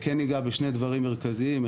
ניגע בשני דברים מרכזיים,